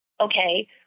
okay